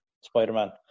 Spider-Man